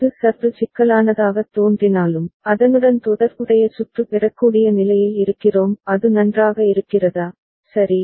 இது சற்று சிக்கலானதாகத் தோன்றினாலும் அதனுடன் தொடர்புடைய சுற்று பெறக்கூடிய நிலையில் இருக்கிறோம் அது நன்றாக இருக்கிறதா சரி